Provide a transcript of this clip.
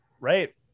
Right